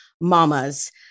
mamas